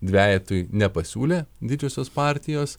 dvejetui nepasiūlė didžiosios partijos